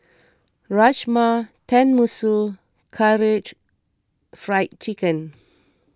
Rajma Tenmusu and Karaage Fried Chicken